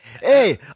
Hey